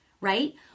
right